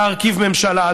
להרכיב ממשלה.